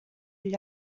gli